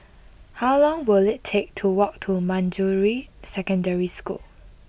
how long will it take to walk to Manjusri Secondary School